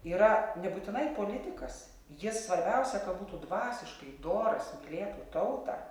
yra nebūtinai politikas jis svarbiausia kad būtų dvasiškai doras mylėtų tautą